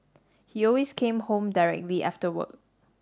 he always came home directly after work